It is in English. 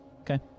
Okay